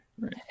right